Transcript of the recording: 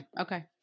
Okay